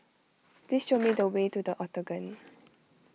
please show me the way to the Octagon